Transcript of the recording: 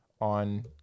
on